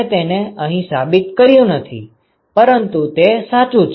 આપણે તેને અહીં સાબિત નથી કર્યું પરંતુ તે સાચું છે